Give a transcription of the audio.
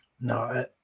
No